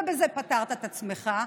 ובזה פטרת את עצמך.